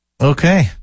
Okay